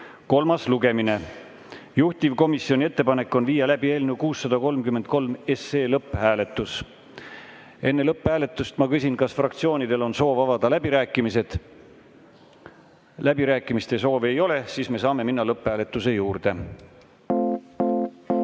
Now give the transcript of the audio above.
kolmas lugemine. Juhtivkomisjoni ettepanek on viia läbi eelnõu 633 lõpphääletus. Enne lõpphääletust ma küsin, kas fraktsioonidel on soovi avada läbirääkimised. Läbirääkimiste soovi ei ole, saame minna lõpphääletuse juurde.